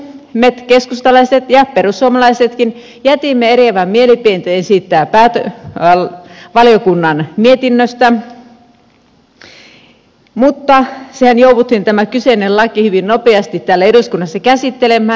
me keskustalaiset ja perussuomalaisetkin jätimme eriävän mielipiteen siitä valiokunnan mietinnöstä mutta tämä kyseinen lakihan jouduttiin hyvin nopeasti täällä eduskunnassa käsittelemään